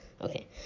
okay